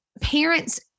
parents